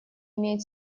имеет